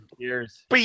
cheers